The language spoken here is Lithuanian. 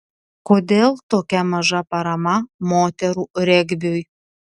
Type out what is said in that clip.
kodėl tokia maža parama moterų regbiui